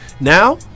Now